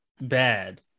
bad